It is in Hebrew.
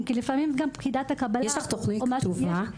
כי גם פקידת הקבלה --- יש תוכנית כתובה?